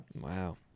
Wow